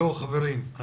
זהו חברים.